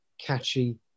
catchy